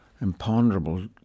imponderable